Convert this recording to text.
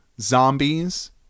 Zombies